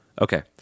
Okay